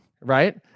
right